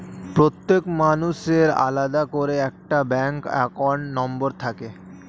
প্রত্যেক মানুষের আলাদা করে একটা ব্যাঙ্ক অ্যাকাউন্ট নম্বর থাকে